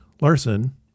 Larson